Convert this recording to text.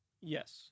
Yes